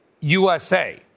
USA